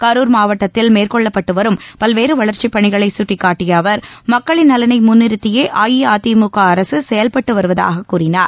கரூர் மாவட்டத்தில் மேற்கொள்ளப்பட்டு வரும் பல்வேறு வளர்ச்சிப் பணிகளை கட்டிக்காட்டிய அவர் மக்களின் நலனை முன்நிறுத்தியே அஇஅதிமுக அரசு செயல்பட்டு வருவதாக கூறினார்